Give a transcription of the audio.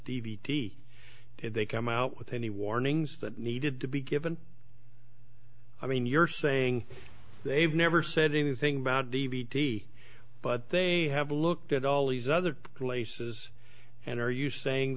d they come out with any warnings that needed to be given i mean you're saying they've never said anything about the v t but they have looked at all these other places and are you saying